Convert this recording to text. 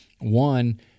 one